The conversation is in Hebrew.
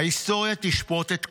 ההיסטוריה תשפוט את כולנו,